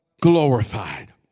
glorified